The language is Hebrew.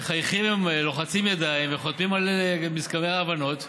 מחייכים, לוחצים ידיים וחותמים על מזכרי הבנות.